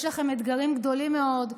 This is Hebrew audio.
יש לכם אתגרים גדולים מאוד,